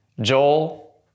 Joel